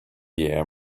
year